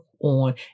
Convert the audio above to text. on